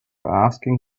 asking